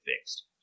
fixed